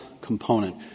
component